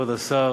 כבוד השר,